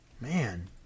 Man